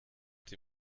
die